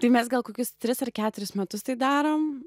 tai mes gal kokius tris ar keturis metus tai darom